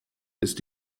ist